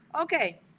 Okay